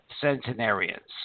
centenarians